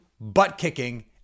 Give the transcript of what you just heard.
butt-kicking